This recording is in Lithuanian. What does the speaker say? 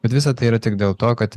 bet visa tai yra tik dėl to kad